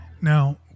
Now